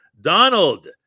Donald